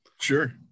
Sure